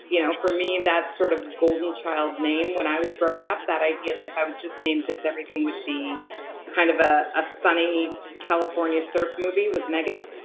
you know for me, that sort of golden child name when i was growing up, that idea that i was just named this, everything would be kind of ah a sunny california surf movie, was megan.